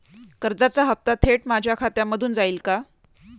कर्जाचा हप्ता थेट माझ्या खात्यामधून जाईल का?